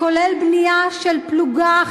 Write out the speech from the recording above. כולל בנייה של פלוגה,